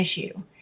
issue